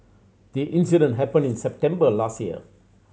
the incident happened in September last year